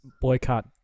Boycott